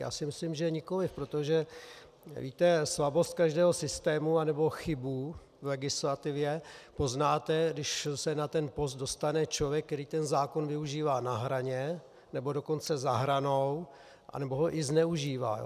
Já si myslím, že nikoliv, protože, víte slabost každého systému a nebo chybu v legislativě poznáte, když se na ten post dostane člověk, který ten zákon využívá na hraně, nebo dokonce za hranou, nebo ho i zneužívá.